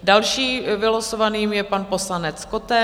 Dalším vylosovaným je pan poslanec Koten.